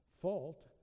fault